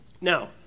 Now